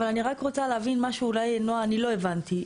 אני רק רוצה להבין מה שאולי נעה אני לא הבנתי,